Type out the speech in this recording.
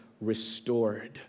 restored